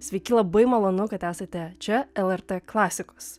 sveiki labai malonu kad esate čia lrt klasikos